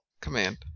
command